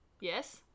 Yes